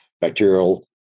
bacterial